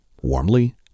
Warmly